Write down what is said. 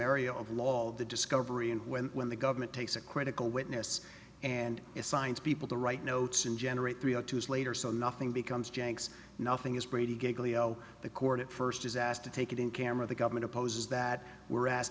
area of law all the discovery and when when the government takes a critical witness and assigns people to write notes and generate three up to his later so nothing becomes janks nothing is brady get leo the court at first is asked to take it in camera the government opposes that we're asked